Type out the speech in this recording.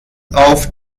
auf